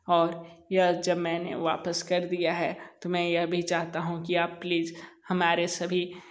और यह जब मैंने वापस कर दिया है तो मैं यह भी चाहता हूँ कि आप प्लीज हमारे सभी